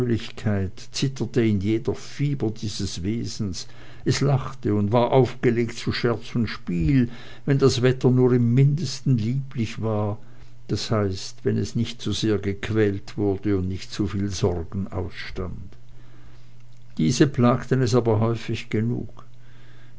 zitterte in jeder fiber dieses wesens es lachte und war aufgelegt zu scherz und spiel wenn das wetter nur im mindesten lieblich war d h wenn es nicht zu sehr gequält wurde und nicht zu viel sorgen ausstand diese plagten es aber häufig genug